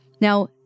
Now